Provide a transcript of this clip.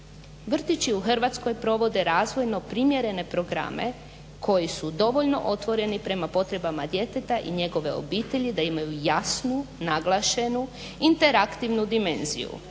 Vrtići u Hrvatskoj provode razvojno primjerene programe koji su dovoljno otvoreni prema potrebama djeteta i njegove obitelji da imaju jasnu, naglašenu interaktivnu dimenziju